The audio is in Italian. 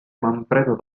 manfredo